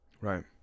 Right